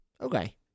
Okay